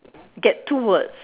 get two words